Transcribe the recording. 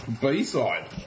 B-side